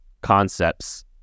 concepts